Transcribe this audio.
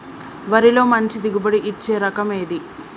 వరిలో మంచి దిగుబడి ఇచ్చే రకం ఏది?